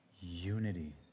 Unity